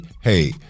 hey